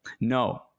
No